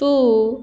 तूं